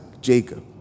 Jacob